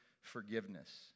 forgiveness